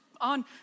on